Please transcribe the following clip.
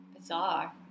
bizarre